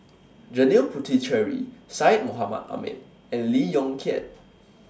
Janil Puthucheary Syed Mohamed Ahmed and Lee Yong Kiat